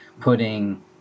putting